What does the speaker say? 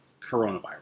Coronavirus